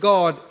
God